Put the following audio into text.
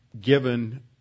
given